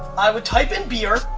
i would type in beer.